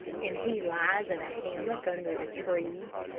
and he lies in a hammock under the trees,